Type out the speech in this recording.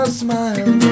smile